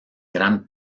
gran